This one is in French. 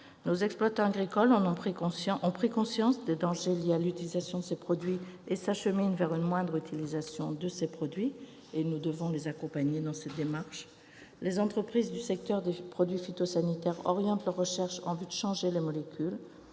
Nos exploitants agricoles ont pris conscience des dangers liés à l'utilisation de ces produits et s'acheminent vers leur moindre utilisation. Nous devons les accompagner dans cette démarche. Les entreprises du secteur des produits phytosanitaires orientent leurs recherches en vue de changer les molécules.